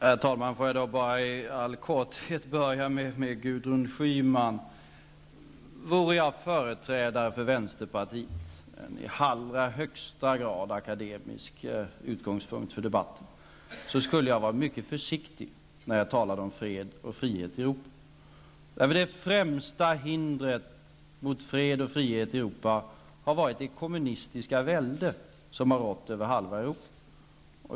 Herr talman! Låt mig i all korthet börja med Gudrun Schyman. Vore jag företrädare för vänsterpartiet -- detta är en i allra högsta grad akademisk utgångspunkt för debatten -- skulle jag vara mycket försiktig när jag talade om fred och frihet i Europa. Det främsta hindret för fred och frihet i Europa har nämligen varit det kommunistiska välde som har rått över halva Europa.